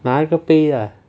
拿一个杯啊